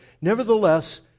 nevertheless